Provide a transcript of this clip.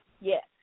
Yes